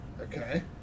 Okay